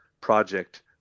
project